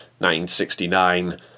1969